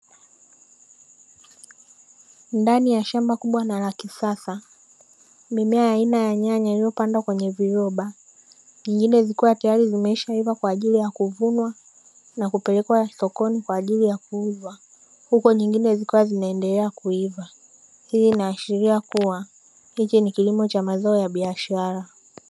Ndani ya shamba kubwa na la kisasa, mimea aina ya nyanya iliyopandwa kwenye viroba; zingine zikiwa tayari zimeshaiva kwa ajili ya kuvunwa na kupelekwa sokoni kwa ajili ya kuuzwa, huku nyingine zikiwa zinaendelea kuiva. Hii inaashiria kuwa hiki ni kilimo cha mazao ya biashara.